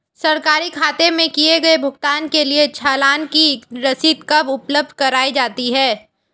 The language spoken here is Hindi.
सरकारी खाते में किए गए भुगतान के लिए चालान की रसीद कब उपलब्ध कराईं जाती हैं?